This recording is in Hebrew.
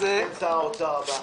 זה שר האוצר הבא.